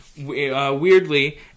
Weirdly